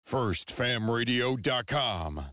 Firstfamradio.com